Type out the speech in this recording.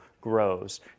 grows